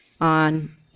on